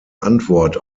antwort